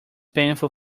painful